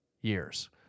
years